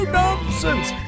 nonsense